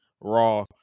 Raw